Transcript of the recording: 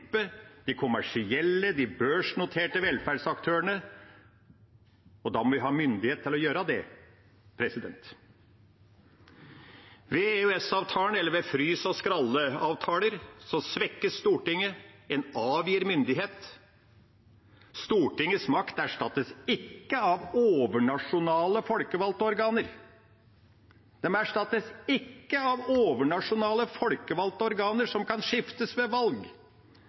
de kommersielle, de børsnoterte velferdsaktørene. Da må vi ha myndighet til å gjøre det. Ved EØS-avtalen eller ved frys- og skralleavtaler svekkes Stortinget, en avgir myndighet. Stortingets makt erstattes ikke av overnasjonale folkevalgte organer. De erstattes ikke av overnasjonale folkevalgte organer som kan skiftes ved valg.